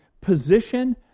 position